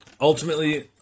Ultimately